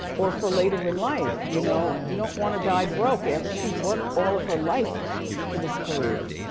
or for later in life. you know, you don't wanna die broke. and she's worked all of her life for this career.